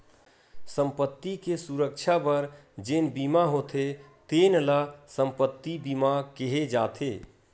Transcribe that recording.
संपत्ति के सुरक्छा बर जेन बीमा होथे तेन ल संपत्ति बीमा केहे जाथे